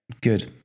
Good